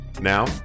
now